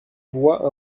voit